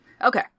okay